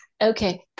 Okay